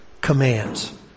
commands